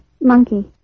monkey